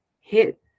hit